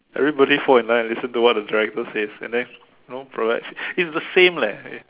everybody fall in line and listen to what the director says and then you know production it's the same leh